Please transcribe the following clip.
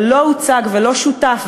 לא הוצג ולא שותף,